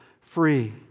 free